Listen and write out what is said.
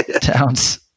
Towns